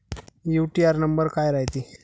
UTR number काय रायते?